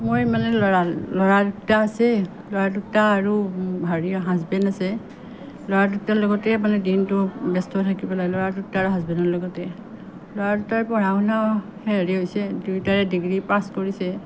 মই মানে ল'ৰা ল'ৰা দুটা আছে ল'ৰা দুটা আৰু হেৰি হাজবেণ আছে ল'ৰা দুটাৰ লগতেই মানে দিনটো ব্যস্ত থাকিব লাগে ল'ৰা দুটা আৰু হাজবেণৰ লগতে ল'ৰা দুটাৰ পঢ়া শুনা হেৰি হৈছে দুয়োটায়ে ডিগ্ৰী পাছ কৰিছে